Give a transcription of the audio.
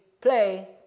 play